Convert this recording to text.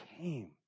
came